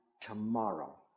tomorrow